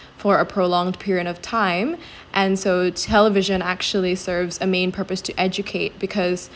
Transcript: for a prolonged period of time and so television actually serves a main purpose to educate because